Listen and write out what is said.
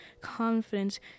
confidence